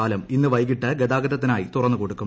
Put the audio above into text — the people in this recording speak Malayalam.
പാലം ഇന്ന് വൈകിട്ട് ഗതാഗതത്തിനായി തുറന്ന് കൊടുക്കും